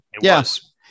Yes